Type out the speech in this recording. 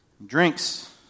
drinks